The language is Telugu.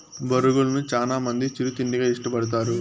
బొరుగులను చానా మంది చిరు తిండిగా ఇష్టపడతారు